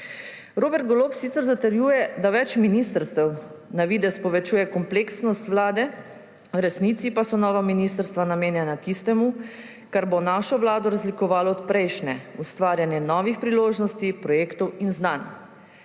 Robert Golob sicer zatrjuje, da več ministrstev na videz povečuje kompleksnost Vlade, v resnici pa so nova ministrstva namenjena tistemu, kar bo našo vlado razlikovalo od prejšnje – ustvarjanje novih priložnosti, projektov in znanj.